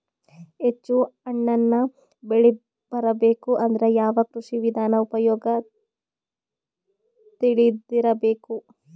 ಹೆಚ್ಚು ಹಣ್ಣನ್ನ ಬೆಳಿ ಬರಬೇಕು ಅಂದ್ರ ಯಾವ ಕೃಷಿ ವಿಧಾನ ಉಪಯೋಗ ತಿಳಿದಿರಬೇಕು?